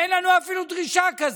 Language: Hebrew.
כשאין לנו אפילו דרישה כזאת.